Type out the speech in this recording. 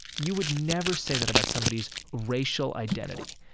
you would never say that about somebody's racial identity.